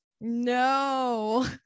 no